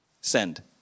send